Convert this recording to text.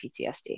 PTSD